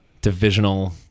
divisional